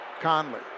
Conley